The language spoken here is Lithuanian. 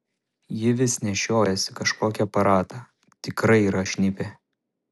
ji vis nešiojasi kažkokį aparatą tikrai yra šnipė